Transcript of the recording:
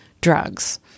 drugs